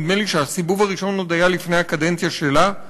נדמה לי שהסיבוב הראשון היה עוד לפני הקדנציה שלה,